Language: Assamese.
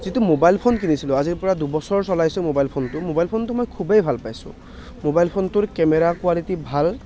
যিটো মোবাইল ফোন কিনিছিলোঁ আজিৰ পৰা দুবছৰ চলাইছোঁ মোবাইল ফোনটো মোবাইল ফোনটো মই খুবেই ভাল পাইছোঁ মোবাইল ফোনটোৰ কেমেৰা কোৱালিটি ভাল